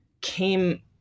came